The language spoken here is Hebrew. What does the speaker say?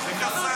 זה חסם.